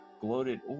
gloated